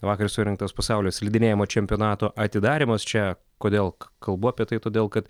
vakar surengtas pasaulio slidinėjimo čempionato atidarymas čia kodėl kalbu apie tai todėl kad